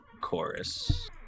chorus